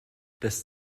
das